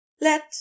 Let